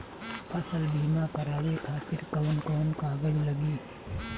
फसल बीमा करावे खातिर कवन कवन कागज लगी?